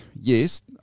Yes